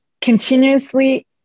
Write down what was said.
continuously